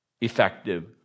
effective